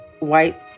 white